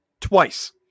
twice